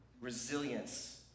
resilience